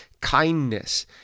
Kindness